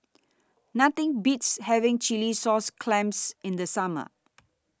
Nothing Beats having Chilli Sauce Clams in The Summer